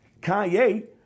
Kanye